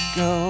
go